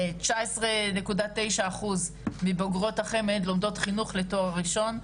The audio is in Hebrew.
19.9 אחוזים מבוגרות החמ"ד לומדות חינוך לתואר ראשון,